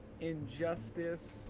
Injustice